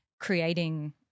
creating